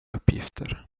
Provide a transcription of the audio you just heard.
uppgifter